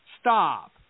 Stop